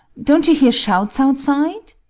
don't you hear shouts outside.